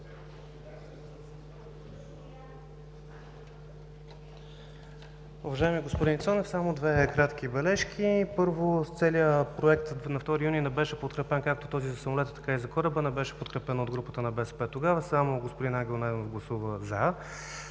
Уважаеми господин Цонев, само две кратки бележки. Първо, целият проект на 2 юни не беше подкрепен както този за самолета, така и за кораба, от групата на БСП тогава, само господин Ангел Найденов гласува „за“.